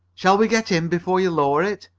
shall we get in before you lower it?